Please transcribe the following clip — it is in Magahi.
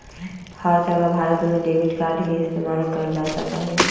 हर जगह भारत में डेबिट कार्ड के इस्तेमाल कइल जा सका हई